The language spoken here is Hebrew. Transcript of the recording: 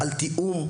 על תיאום,